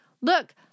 look